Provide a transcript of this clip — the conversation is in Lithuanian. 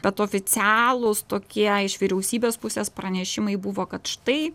bet oficialūs tokie iš vyriausybės pusės pranešimai buvo kad štai